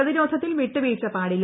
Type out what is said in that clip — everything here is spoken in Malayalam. പ്രതിരോധത്തിൽ വിട്ടുവീഴ്ച പാടില്ല